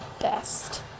best